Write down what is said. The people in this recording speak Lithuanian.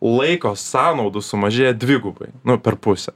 laiko sąnaudų sumažėja dvigubai nu per pusę